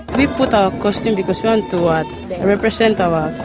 we put our costume because we want to ah represent our